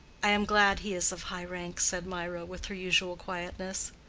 i am glad he is of high rank, said mirah, with her usual quietness.